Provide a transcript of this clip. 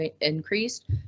increased